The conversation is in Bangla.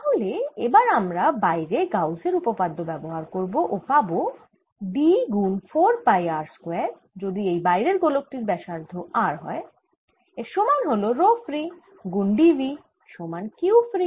তাহলে এবার আমরা বাইরে গাউসের উপপাদ্য ব্যবহার করব ও পাবো D গুন 4 পাই r স্কয়ার যদি এই বাইরের গোলক টির ব্যাসার্ধ r হয় এর সমান হল রো ফ্রী গুন d v সমান Q ফ্রী